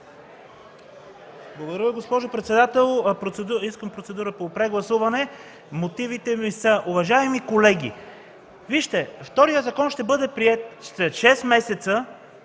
Благодаря, госпожо председател. Искам процедура по прегласуване. Мотивите ми са следните. Уважаеми колеги, вижте: вторият закон ще бъде приет. След шест месеца